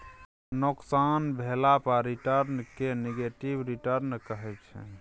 नोकसान भेला पर रिटर्न केँ नेगेटिव रिटर्न कहै छै